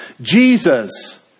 Jesus